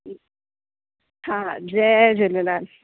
हा जय झूलेलाल